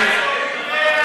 אתה זורה מלח,